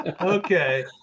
Okay